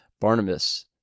Barnabas